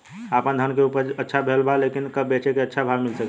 आपनधान के उपज अच्छा भेल बा लेकिन कब बेची कि अच्छा भाव मिल सके?